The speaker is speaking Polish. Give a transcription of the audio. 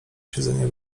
siedzenie